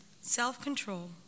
self-control